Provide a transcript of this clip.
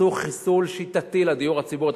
עשו חיסול שיטתי לדיור הציבורי.